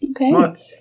Okay